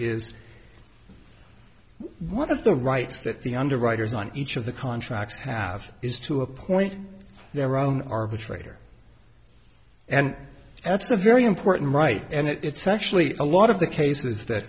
is one of the rights that the underwriters on each of the contracts have is to appoint their own arbitrator and absent very important right and it's actually a lot of the cases that